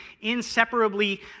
inseparably